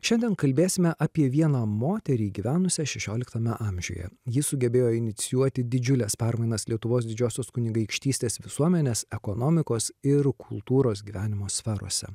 šiandien kalbėsime apie vieną moterį gyvenusią šešioliktame amžiuje ji sugebėjo inicijuoti didžiules permainas lietuvos didžiosios kunigaikštystės visuomenės ekonomikos ir kultūros gyvenimo sferose